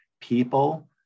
People